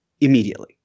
immediately